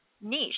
niche